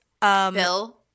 Bill